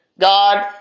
God